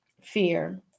fear